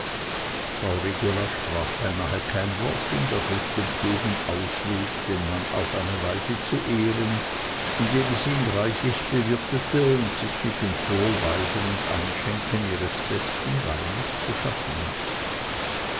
frau regula sprach beinahe kein wort und ergriff den klugen ausweg den mann auf seine weise zu ehren indem sie ihn reichlich bewirtete und sich mit dem vorweisen und einschenken ihres besten weines zu schaffen machte